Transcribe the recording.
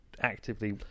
actively